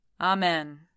Amen